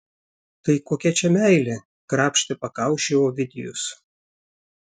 tai kokia čia meilė krapštė pakaušį ovidijus